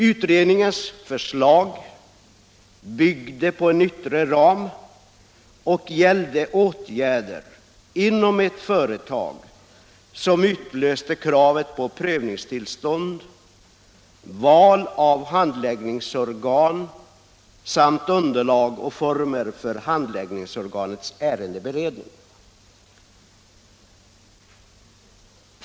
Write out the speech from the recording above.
Utredningens förslag byggde på en yttre ram och gällde åtgärder inom ett företag som utlöste kravet på tillståndsprövning, val av handläggningsorgan samt underlag och former för handläggningsorganets ärendeberedning.